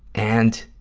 and